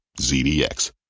ZDX